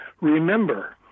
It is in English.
remember